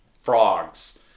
frogs